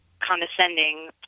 condescending